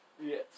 yes